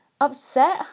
upset